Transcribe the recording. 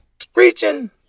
Screeching